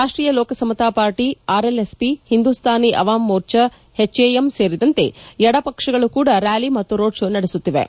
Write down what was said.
ರಾಷ್ಟೀಯ Lok Samta party RLSP Hindustani Awam Morcha HAM ಸೇರಿದಂತೆ ಎಡಪಕ್ಷಗಳು ಕೂಡ ರ್ಯಾಲಿ ಮತ್ತು ರೋಡ್ ಶೋ ನಡೆಸುತ್ತಿವೆ